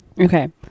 Okay